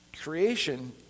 creation